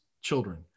children